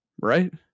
right